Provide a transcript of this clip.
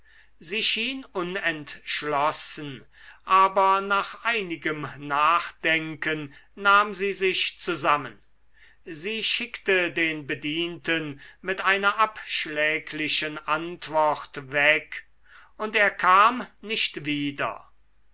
sie schien unentschlossen aber nach einigem nachdenken nahm sie sich zusammen sie schickte den bedienten mit einer abschläglichen antwort weg und er kam nicht wieder